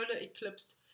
eclipse